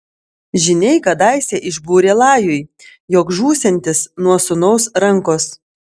žyniai kadaise išbūrė lajui jog žūsiantis nuo sūnaus rankos